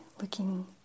looking